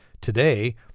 Today